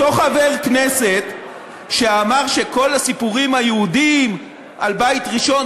אותו חבר כנסת שאמר שכל הסיפורים היהודיים על בית ראשון,